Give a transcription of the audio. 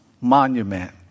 monument